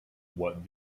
what